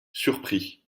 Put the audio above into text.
surpris